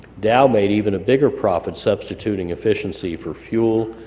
dow made even a bigger profit substituting efficiency for fuel.